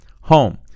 home